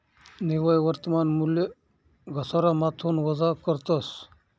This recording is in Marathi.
निव्वय वर्तमान मूल्य घसारामाथून वजा करतस